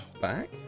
back